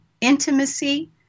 intimacy